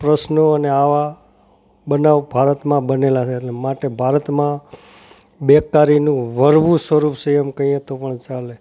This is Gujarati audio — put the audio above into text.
પ્રશ્નો અને આવા બનાવ ભારતમાં બનેલા છે એટલે માટે ભારતમાં બેકારીનું વરવું સ્વરૂપ છે એમ કહીએ તો પણ ચાલે